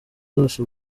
zose